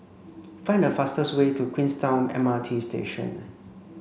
find the fastest way to Queenstown M R T Station